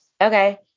okay